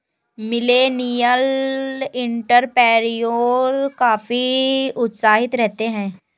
millennial entrepreneur काफी उत्साहित रहते हैं